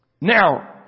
Now